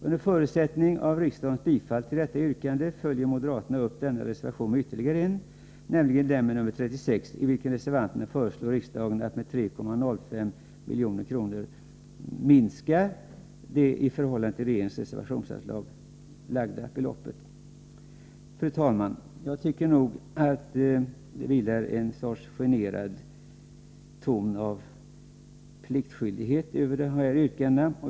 Under förutsättning av riksdagens bifall till detta yrkande följer moderaterna upp denna reservation med ytterligare en, nämligen reservation 36, i vilken reservanterna föreslår riksdagen att med 3,05 miljoner minska det av regeringen föreslagna reservationsanslaget. Fru talman! Jag tycker att det vilar en sorts generad ton av pliktskyldighet över de här yrkandena.